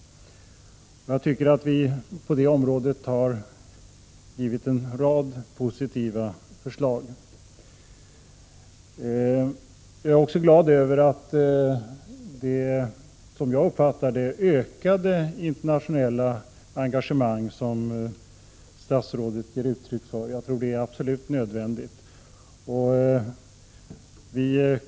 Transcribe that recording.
Jag tycker att vi på det området har givit en rad positiva förslag. Jag är också glad över det ökade internationella engagemang som statsrådet ger uttryck för. Jag tror att det är absolut nödvändigt.